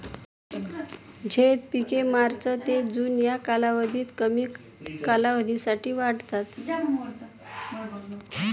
झैद पिके मार्च ते जून या कालावधीत कमी कालावधीसाठी वाढतात